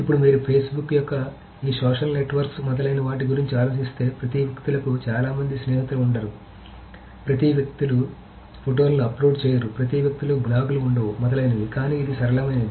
ఇప్పుడు మీరు Facebook యొక్క ఈ సోషల్ నెట్వర్క్స్ మొదలైన వాటి గురించి ఆలోచిస్తే ప్రతి వ్యక్తులకు చాలా మంది స్నేహితులు ఉండరు ప్రతి వ్యక్తులు ఫోటోలను అప్లోడ్ చేయరు ప్రతి వ్యక్తులకు బ్లాగ్లు ఉండవు మొదలైనవి కానీ ఇది సరళమైనది